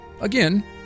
Again